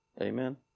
Amen